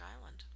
Island